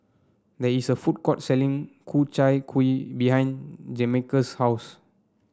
there is a food court selling Ku Chai Kuih behind Jamarcus' house